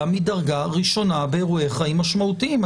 "מדרגה ראשונה" באירועי חיים משמעותיים.